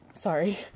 Sorry